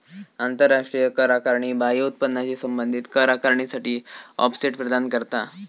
आंतराष्ट्रीय कर आकारणी बाह्य उत्पन्नाशी संबंधित कर आकारणीसाठी ऑफसेट प्रदान करता